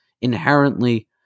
inherently